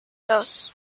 dos